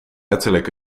ettelijke